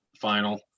final